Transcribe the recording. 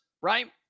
right